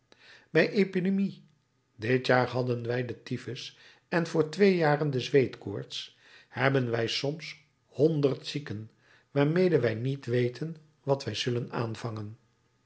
bij epidemie dit jaar hadden wij den typhus en voor twee jaren de zweetkoorts hebben wij soms honderd zieken waarmede wij niet weten wat wij zullen aanvangen